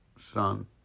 son